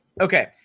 Okay